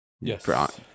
Yes